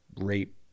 rape